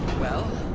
well,